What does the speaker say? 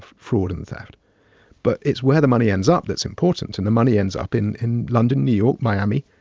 fraud and theft but it's where the money ends up that's important. and the money ends up in in london, new york, miami,